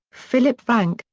philipp frank,